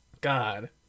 god